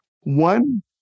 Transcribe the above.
One